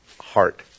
heart